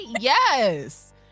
yes